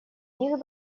них